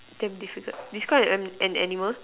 damn difficult describe am an animal